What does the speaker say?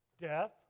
Death